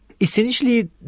Essentially